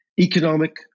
economic